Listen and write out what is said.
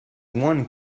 one